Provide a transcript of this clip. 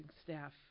staff